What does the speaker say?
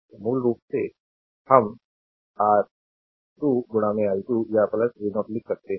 तो मूल रूप से हम eitheR2 i2 या v0 लिख सकते हैं